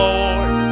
Lord